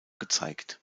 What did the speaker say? gezeigt